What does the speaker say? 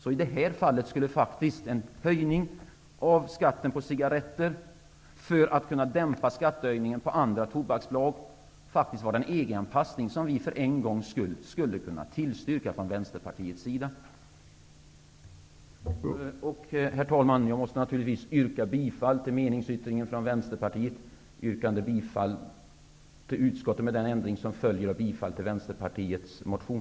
I det här fallet skulle alltså skatten på cigaretter, för att dämpa skattehöjningen på andra tobaksslag, vara en EG anpassning som vi från Vänsterpartiets sida för en gångs skull kunde tillstyrka. Herr talman! Jag yrkar bifall till meningsyttringen från Vänsterpartiet, där vi yrkar bifall till utskottets hemställan med den ändring som följer av bifall till